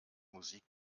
musik